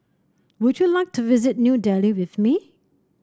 would you like to visit New Delhi with me